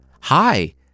Hi